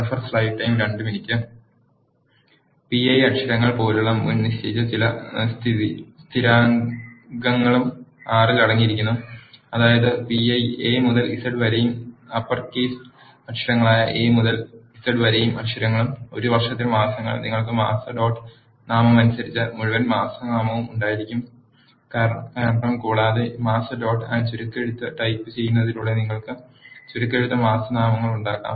Pi അക്ഷരങ്ങൾ പോലുള്ള മുൻ നിശ്ചയിച്ച ചില സ്ഥിരാങ്കങ്ങളും R ൽ അടങ്ങിയിരിക്കുന്നുഅതായത് pi a മുതൽ z വരെയും അപ്പർകേസ് അക്ഷരങ്ങളായ A മുതൽ Z വരെയും അക്ഷരങ്ങളുംഒരു വർഷത്തിൽ മാസങ്ങൾ നിങ്ങൾക്ക് മാസ ഡോട്ട് നാമമനുസരിച്ച് മുഴുവൻ മാസനാമവും ഉണ്ടായിരിക്കാം കൂടാതെ മാസ ഡോട്ട് ചുരുക്കെഴുത്ത് ടൈപ്പുചെയ്യുന്നതിലൂടെ നിങ്ങൾക്ക് ചുരുക്കെഴുത്ത് മാസനാമങ്ങൾ ഉണ്ടാകാം